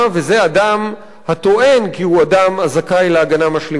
אדם הטוען כי הוא אדם הזכאי להגנה משלימה,